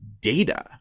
data